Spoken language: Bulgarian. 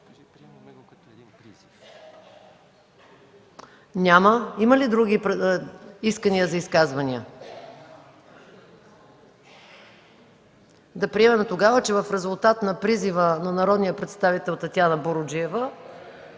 Няма. Има ли други искания за изказвания? Да приемем тогава, че в резултат на призива на народния представител Татяна Боруджиева